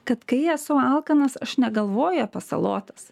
kad kai esu alkanas aš negalvoju apie salotas